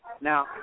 Now